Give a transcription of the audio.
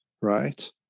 Right